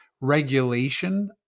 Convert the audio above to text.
regulation